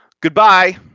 goodbye